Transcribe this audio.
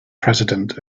president